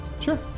Sure